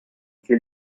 che